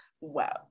Wow